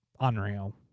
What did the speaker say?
unreal